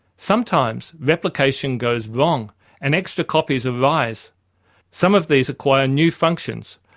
sometimes replication goes wrong and extra copies arise. some of these acquire new functions,